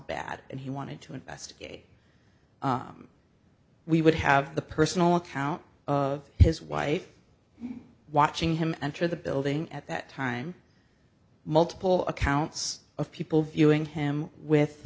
bad and he wanted to investigate we would have the personal account of his wife watching him enter the building at that time multiple accounts of people viewing him with